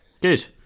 Good